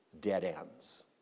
dead-ends